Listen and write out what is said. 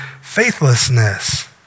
faithlessness